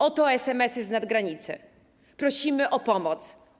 Oto SMS-y znad granicy: Prosimy o pomoc.